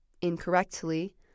incorrectly